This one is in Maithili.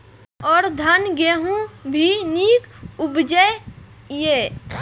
और धान गेहूँ भी निक उपजे ईय?